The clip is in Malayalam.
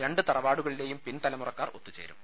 രണ്ട് തറവാടുകളില്ലെയും പിൻതലമുറക്കാർ ഒത്തുചേരും